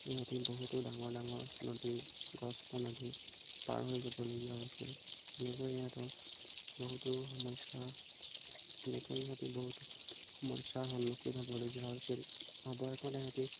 ইহঁতে বহুতো ডাঙৰ ডাঙৰ নদী গছ বন আদি পাৰ হৈ যাবলগীয়া হৈছিল এনেকৈ ইহঁতৰ বহুতো সমস্যাৰ এনেকৈ ইহঁতে বহুতো সমস্যাৰ সন্মুখীন হ'বলগীয়া হৈছিল অৱশেষত ইহঁতে